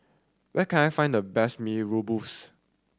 where can I find the best Mee Rebus